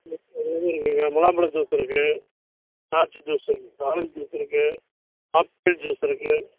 இது இருக்குதுங்க முலாம்பழம் ஜூஸ் இருக்குது திராட்சை ஜூஸ் இருக்குது ஆரஞ்ச் ஜூஸ் இருக்குது ஆப்பிள் ஜூஸ் இருக்குது